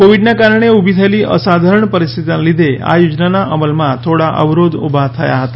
કોવિડના કારણે ઉભી થયેલી અસાધારણ પરિસ્થિતિના લીધે આ યોજનાના અમલમાં થોડા અવરોધ ઉભા થયા હતા